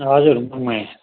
हजुर मङमाया